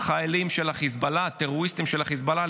חיילים של החיזבאללה, טרוריסטים של החיזבאללה.